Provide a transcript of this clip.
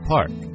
Park